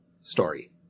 story